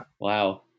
Wow